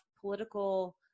political